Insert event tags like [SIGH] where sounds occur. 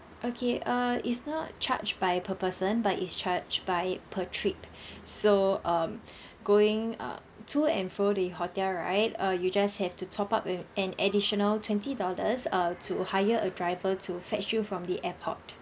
okay err it's not charged by per person but it's charged by per trip so um [BREATH] going um to and fro the hotel right uh you just have to top up with an additional twenty dollars err to hire a driver to fetch you from the airport